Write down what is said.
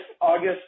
August